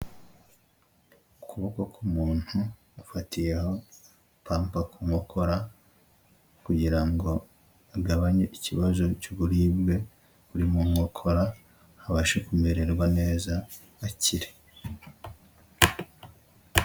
Ukuboko k'umuntu afatiyeho pampa ku nkokora kugira ngo agabanye ikibazo cy'uburibwe buri mu nkokora, abashe kumererwa neza akire.